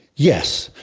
yes,